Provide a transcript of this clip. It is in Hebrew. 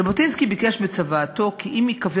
ז'בוטינסקי ביקש בצוואתו כי אם ייקבר